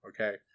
okay